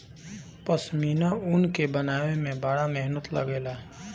पश्मीना ऊन के बनावे में बड़ा मेहनत लागेला